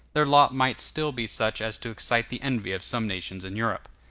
their lot might still be such as to excite the envy of some nations in europe.